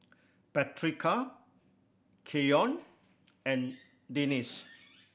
Patrica Keion and Denisse